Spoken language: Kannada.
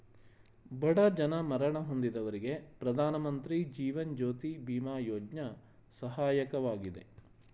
ಬಡ ಜನ ಮರಣ ಹೊಂದಿದವರಿಗೆ ಪ್ರಧಾನಮಂತ್ರಿ ಜೀವನ್ ಜ್ಯೋತಿ ಬಿಮಾ ಯೋಜ್ನ ಸಹಾಯಕವಾಗಿದೆ